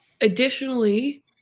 additionally